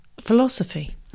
philosophy